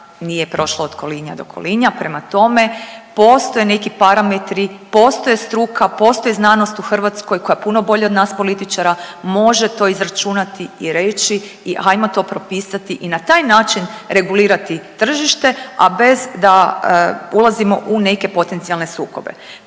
nije prošlo od kolinja do kolinja, prema tome postoje neki parametri, postoji struka, postoji znanost u Hrvatskoj koja puno bolje od nas političara može to izračunati i reći hajmo to propisati i na taj način regulirati tržište, a bez da ulazimo u neke potencijalne sukobe.